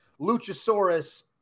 Luchasaurus